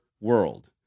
world